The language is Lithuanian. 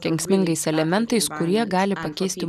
kenksmingais elementais kurie gali pakeisti